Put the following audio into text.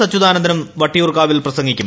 അച്യുതാനന്ദനും നാളെ വട്ടിയൂർക്കാവിൽ പ്രസംഗിക്കും